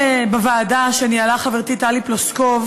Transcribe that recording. אתמול, בישיבת הוועדה שניהלה חברתי טלי פלוסקוב